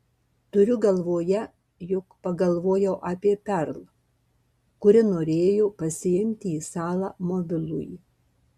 turiu galvoje juk pagalvojau apie perl kuri norėjo pasiimti į salą mobilųjį